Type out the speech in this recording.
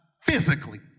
physically